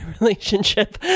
relationship